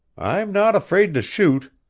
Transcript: i'm not afraid to shoot,